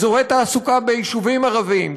אזורי תעסוקה ביישובים ערבים,